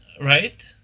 right